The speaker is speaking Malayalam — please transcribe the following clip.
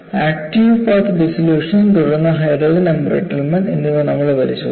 ആക്ടീവ് പാത്ത് ഡിസൊലൂഷൻ തുടർന്ന് ഹൈഡ്രജൻ എംബ്രിട്ടിൽറ്റ്മെന്റ് എന്നിവ നമ്മൾ പരിശോധിച്ചു